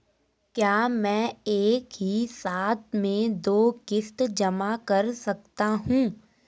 क्या मैं एक ही साथ में दो किश्त जमा कर सकता हूँ?